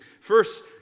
First